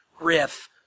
riff